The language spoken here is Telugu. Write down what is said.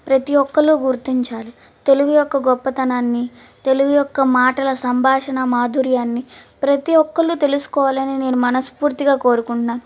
ప్రతి ఒక్కళ్ళు గుర్తించాలి తెలుగు యొక్క గొప్పతనాన్ని తెలుగు యొక్క మాటల సంభాషణ మాధుర్యాన్ని ప్రతి ఒక్కళ్ళు తెలుసుకోవాలని నేను మనస్పూర్తిగా కోరుకుంటున్న